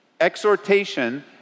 exhortation